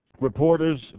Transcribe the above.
reporters